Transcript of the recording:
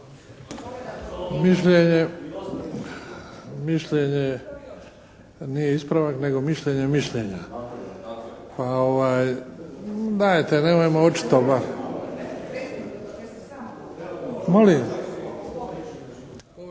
Mišljenje, nije ispravak nego mišljenje mišljenja, pa dajte nemojmo očito. Molim?